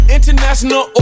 International